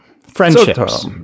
friendships